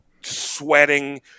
sweating